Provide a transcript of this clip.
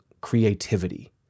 creativity